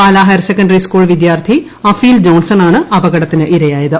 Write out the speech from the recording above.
Pala higher secondary school വിദ്യാർത്ഥി അഫീൽ ജോൺസണാണ് അപകടത്തിനിരയായത്